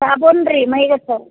ಸಾಬೂನು ರಿ ಮೈಗಚ್ಚೋವು